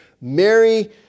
Mary